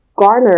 Garner